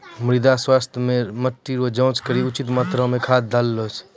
मृदा स्वास्थ्य मे मिट्टी रो जाँच करी के उचित मात्रा मे खाद डालहो